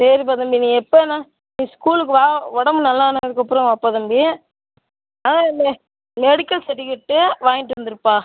சரிப்பா தம்பி நீ எப்போ வேணா நீ ஸ்கூலுக்கு வா உடம்பு நல்லானதுக்கப்பறம் வாப்பா தம்பி இந்த மெடிக்கல் சரிட்டிவிகேட்டும் வாங்கிகிட்டு வந்துருப்பா